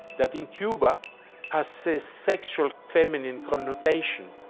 that in cuba has this sexual feminine connotation.